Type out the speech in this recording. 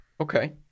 okay